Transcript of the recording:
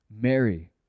Mary